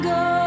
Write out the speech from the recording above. go